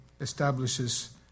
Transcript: establishes